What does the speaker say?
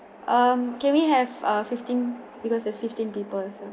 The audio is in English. um can we have a fifteen because there's fifteen people or so